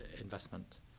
investment